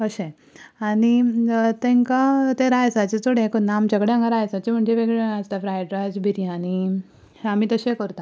अशें आनी तेंका ते रायसाचे चड हें करना आमचे कडेन हांगा रायसाचें म्हणजे वेगळें वेगळें आसता फ्रायड रायस बिर्यानी आमी तशे करता